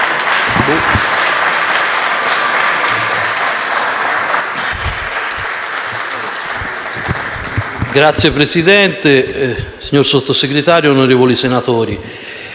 Signor Presidente, signor Sottosegretario, onorevoli senatori,